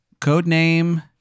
Codename